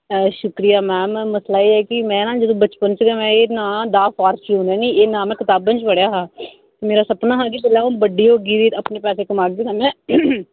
शुक्रिया मैम मसला एह् ऐ की में जदूं बचपन च गै एह् नांऽ द'फार्चून नी एह् नांऽ में कताबें च पढ़ेआ हा मेरा सपना हा कि जेल्लै अ'ऊं बड्डी होगी ते अपने पैसे कमा गी कन्नै